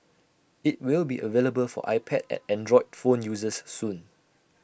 IT will be available for iPad and Android phone users soon